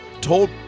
told